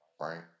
right